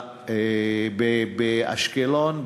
באשקלון,